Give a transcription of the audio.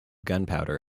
gunpowder